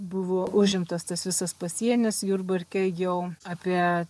buvo užimtas tas visas pasienis jurbarke jau apie